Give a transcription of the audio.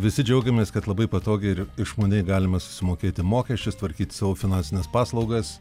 visi džiaugiamės kad labai patogiai ir išmaniai galime susimokėti mokesčius tvarkyti savo finansines paslaugas